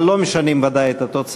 אבל ודאי שלא משנים את התוצאה,